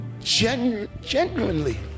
genuinely